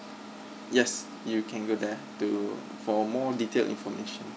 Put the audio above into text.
yes you can go there to for more detailed information